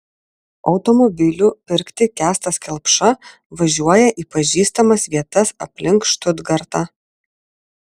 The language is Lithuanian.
automobilių pirkti kęstas kelpša važiuoja į pažįstamas vietas aplink štutgartą